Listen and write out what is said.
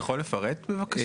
אתה יכול לפרט בבקשה?